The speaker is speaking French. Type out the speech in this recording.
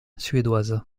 suédoise